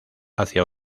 hacia